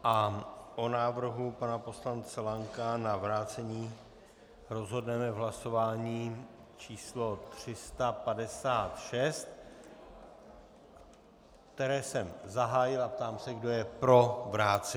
O návrhu pana poslance Lanka na vrácení rozhodneme v hlasování číslo 356, které jsem zahájil, a ptám se, kdo je pro vrácení.